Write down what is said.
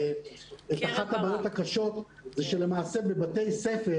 אחת הבעיות הקשות היא שלמעשה בבתי הספר